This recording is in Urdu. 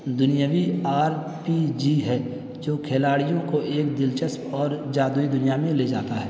دنیوی آر پی جی ہے جو کھلاڑیوں کو ایک دلچسپ اور جادوئی دنیا میں لے جاتا ہے